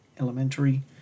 elementary